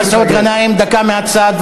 חבר הכנסת מסעוד גנאים, דקה מהצד.